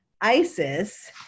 ISIS